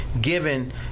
given